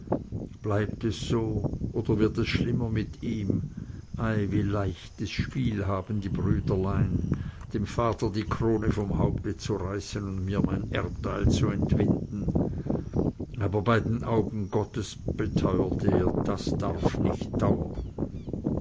bleibt es so oder wird es schlimmer mit ihm ei wie leichtes spiel haben die brüderlein dem vater die krone vom haupte zu reißen und mir mein erbteil zu entwinden aber bei den augen gottes beteuerte er das darf nicht dauern